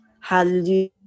Hallelujah